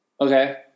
Okay